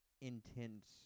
intense